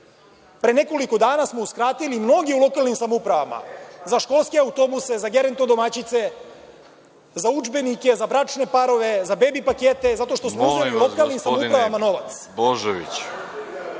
nekoliko dana smo uskratili mnogim lokalnim samoupravama za školske autobuse, za geronto domaćice, za udžbenike, za bračne parove, za bebi pakete, zato što smo uzeli lokalnim samoupravama novac,